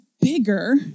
bigger